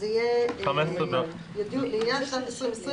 לעוד שבועיים,